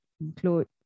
include